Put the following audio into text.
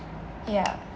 ya